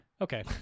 okay